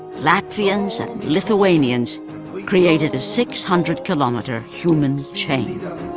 latvians and lithuanians created a six hundred km um but human chain.